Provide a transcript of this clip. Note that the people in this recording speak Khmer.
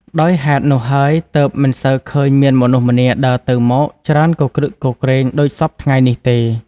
ដោយហេតុនោះហើយ ទើបមិនសូវឃើញមានមនុស្សម្នាដើរទៅ-មក ច្រើនគគ្រឹកគគ្រេងដូចសព្វថ្ងៃនេះទេ